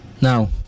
Now